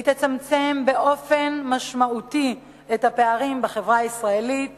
תצמצם באופן משמעותי את הפערים בחברה הישראלית